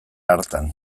hartan